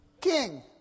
King